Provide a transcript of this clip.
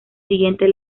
siguientes